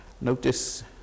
Notice